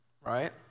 right